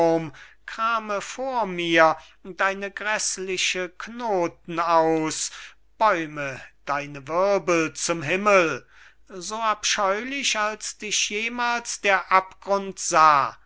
krame vor mir deine gräßlichen knoten aus bäume deine wirbel zum himmel so abscheulich als dich jemals der abgrund sah nur